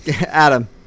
Adam